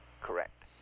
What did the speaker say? correct